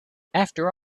after